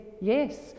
yes